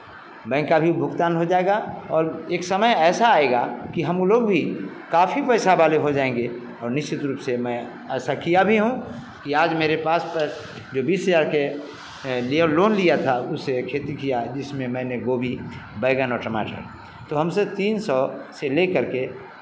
bank का भी भुगतान हो जाएगा और एक समय ऐसा आएगा कि हम लोग भी काफ़ी पैसा वाले हो जाएंगे और निश्चित रूप से मैं ऐसा किया भी हूँ कि आज मेरे पास जो बीस हज़ार के जो लोन लिया था उसे खेती किया है जिसमें मैंने गोभी बैगन और टमाटर तो हमसे तीन सौ से लेकर के